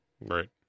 Right